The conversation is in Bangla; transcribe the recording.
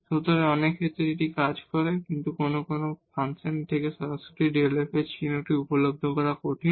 সুতরাং অনেক ক্ষেত্রে এটি কাজ করে কিন্তু কখনও কখনও ফাংশন থেকে সরাসরি Δ f চিহ্নটি উপলব্ধি করা কঠিন